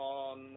on